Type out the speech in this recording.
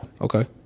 Okay